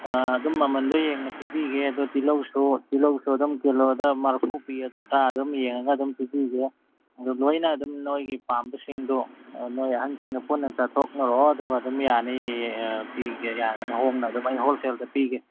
ꯑꯥ ꯑꯗꯨꯝ ꯃꯃꯟꯗꯨ ꯌꯦꯡꯅ ꯄꯤꯕꯤꯒꯦ ꯑꯗꯨ ꯇꯤꯜꯍꯧꯁꯨ ꯇꯤꯜꯍꯧꯁꯨ ꯑꯗꯨꯝ ꯀꯤꯂꯣꯗ ꯃꯔꯐꯨ ꯄꯤ ꯑꯗꯨ ꯈꯔ ꯑꯗꯨꯝ ꯌꯦꯡꯉꯒ ꯑꯗꯨꯝ ꯄꯤꯕꯤꯒꯦ ꯑꯗꯨ ꯂꯣꯏꯅ ꯑꯗꯨꯝ ꯅꯣꯏꯒꯤ ꯄꯥꯝꯕꯁꯤꯡꯗꯣ ꯅꯣꯏ ꯑꯍꯟꯁꯤꯡꯒ ꯄꯨꯟꯅ ꯆꯠꯊꯣꯛꯅꯔꯛꯑꯣ ꯑꯗꯨꯒ ꯑꯗꯨꯝ ꯌꯥꯅꯤ ꯄꯤꯒꯦ ꯌꯥꯒꯅꯤ ꯍꯣꯡꯅ ꯑꯗꯨꯝ ꯑꯩ ꯍꯣꯜꯁꯦꯜꯗ ꯄꯤꯒꯦ